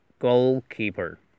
Goalkeeper